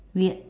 weird